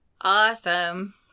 Awesome